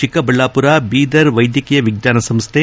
ಚಿಕ್ಕಬಳ್ಳಾಪುರ ಬೀದರ್ ವೈದ್ಯಕೀಯ ವಿಜ್ವಾನ ಸಂಸ್ಥೆ